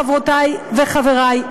חברותי וחברי,